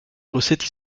recettes